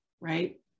right